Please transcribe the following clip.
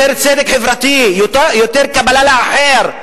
יותר צדק חברתי, יותר קבלה של האחר.